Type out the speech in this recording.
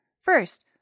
First